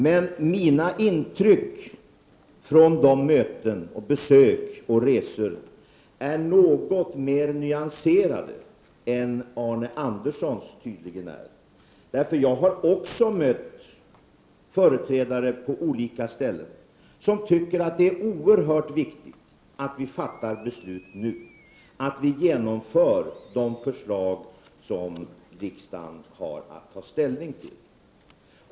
Men mina intryck från möten och besök på resor är något mer nyanserade än Arne Anderssons tydligen är. Jag har också mött företrädare på olika ställen som tycker det är oerhört viktigt att vi fattar beslut nu, att vi genomför de förslag som riksdagen har att ta ställning till.